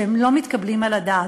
שהם לא מתקבלים על הדעת.